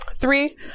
Three